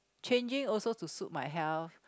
changing also to suit my health